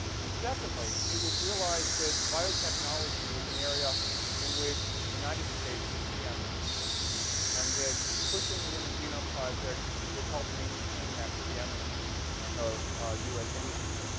and secondly, it was realized that biotechnology was an area in which the united states is preeminent and that pushing the human genome project would help maintain that preeminence of us industry.